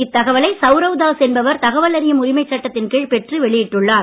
இத்தகவலை சவுரவ் தாஸ் என்பவர் தகவல் அறியும் உரிமைச் சட்டத்தின் கீழ் பெற்று வெளியிட்டுள்ளார்